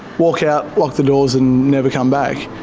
walk out, lock the doors, and never come back.